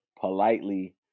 politely